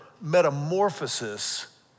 metamorphosis